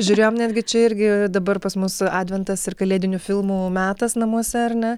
žiūrėjom netgi čia irgi dabar pas mus adventas ir kalėdinių filmų metas namuose ar ne